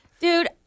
Dude